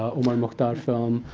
omar mukhtar film,